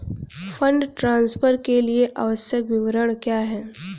Fund transfer के लिए आवश्यक विवरण क्या हैं?